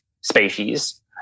species